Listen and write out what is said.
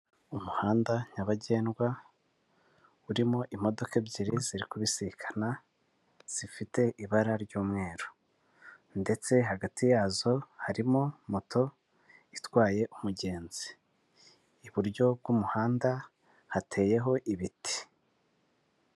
Umuhanda nyabagendwa urimo imodoka ebyiri ziri kubisikana, zifite ibara ry'umweru, ndetse hagati yazo harimo moto itwaye umugenzi, iburyo bw'umuhanda hateyeho ibiti.